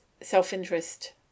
self-interest